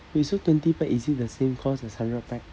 you say twenty pack is it the same cost as hundred pack